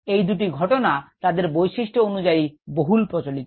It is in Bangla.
এই দুটি ঘটনা তাদের বৈশিস্ট অনুযাই বহুল প্রচারিত